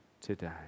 today